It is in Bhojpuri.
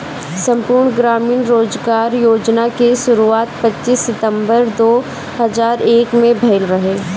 संपूर्ण ग्रामीण रोजगार योजना के शुरुआत पच्चीस सितंबर दो हज़ार एक में भइल रहे